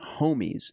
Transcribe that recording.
homies